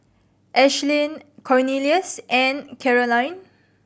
Ashleigh Cornelious and Caroline